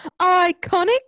iconic